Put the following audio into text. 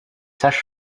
sages